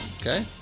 okay